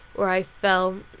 where i fell,